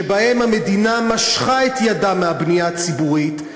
שבהן המדינה משכה את ידה מהבנייה הציבורית,